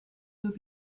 would